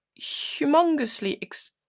humongously